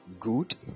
good